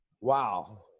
Wow